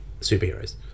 superheroes